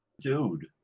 Dude